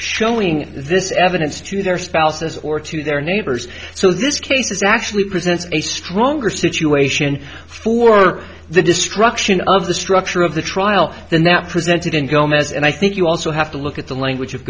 showing this evidence to their spouses or to their neighbors so this case is actually present a stronger situation for the destruction of the structure of the trial than that presented in gomez and i think you also have to look at the language of